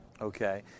Okay